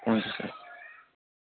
thank you sir